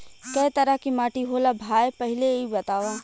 कै तरह के माटी होला भाय पहिले इ बतावा?